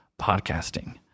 podcasting